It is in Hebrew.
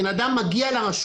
לכן צריך לגבות ממני